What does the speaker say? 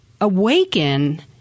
awaken